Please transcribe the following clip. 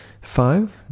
Five